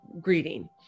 greeting